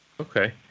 Okay